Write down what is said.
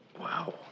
Wow